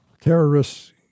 Terrorists